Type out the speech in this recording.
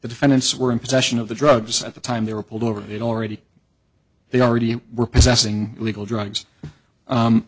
the defendants were in possession of the drugs at the time they were pulled over they'd already they already were possessing illegal drugs